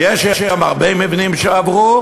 ויש היום הרבה מבנים שעברו.